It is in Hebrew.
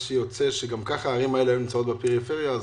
גם ככה הערים האלה נמצאות בפריפריה אז